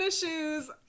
shoes